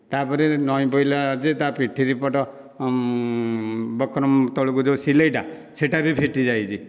ତା ପରେ ନଇଁ ପଇଲା ଯେ ତା ପିଠି ପଟ ବକ୍ରମ ତଳକୁ ଯେଉଁ ସିଲେଇଟା ସେଟା ବି ଫିଟି ଯାଇଛି